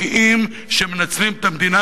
ומשקיעים שמנצלים אותה,